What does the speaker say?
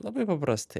labai paprastai